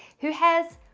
who has,